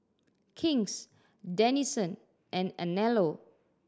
King's Denizen and Anello